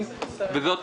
האוצר